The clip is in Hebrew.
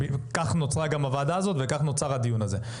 כך נוצרה הוועדה הזאת וכך נוצר הדיון הזה.